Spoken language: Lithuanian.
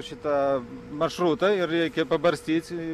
šitą maršrutą ir reikia pabarstyt